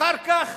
אחר כך